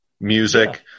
music